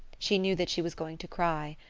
she knew that she was going to cry,